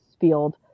field